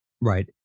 Right